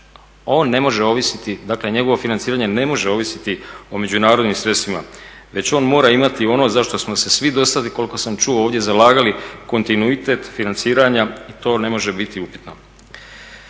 on ne može ovisiti, dakle njegovo financiranje ne može ovisiti o međunarodnim sredstvima već on mora imati ono za što smo se svi dosad koliko sam čuo ovdje zalagali kontinuitet financiranja i to ne može biti upitno.